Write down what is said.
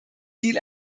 ziel